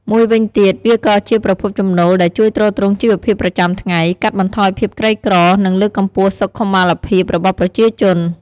មួយវិញទៀត វាក៏ជាប្រភពចំណូលដែលជួយទ្រទ្រង់ជីវភាពប្រចាំថ្ងៃ កាត់បន្ថយភាពក្រីក្រ និងលើកកម្ពស់សុខុមាលភាពរបស់ប្រជាជន។